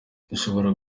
dushobora